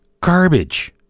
garbage